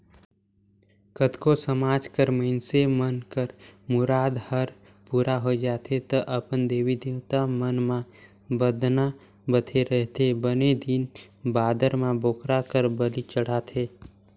कतको समाज कर मइनसे मन कर मुराद हर पूरा होय जाथे त अपन देवी देवता मन म बदना बदे रहिथे बने दिन बादर म बोकरा कर बली चढ़ाथे